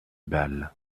ball